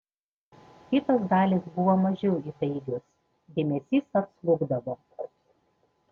kitos dalys buvo mažiau įtaigios dėmesys atslūgdavo